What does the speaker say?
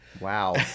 Wow